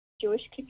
Jewish